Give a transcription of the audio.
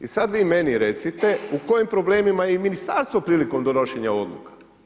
I sad vi meni recite u kojim problemima je i ministarstvo prilikom donošenje odluka?